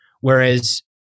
Whereas